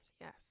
Yes